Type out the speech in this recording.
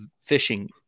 fishing